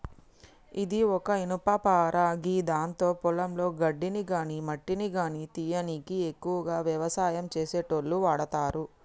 ఇది ఒక ఇనుపపార గిదాంతో పొలంలో గడ్డిని గాని మట్టిని గానీ తీయనీకి ఎక్కువగా వ్యవసాయం చేసేటోళ్లు వాడతరు